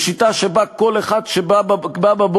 לשיטה שבה כל אחד שבא בבוקר,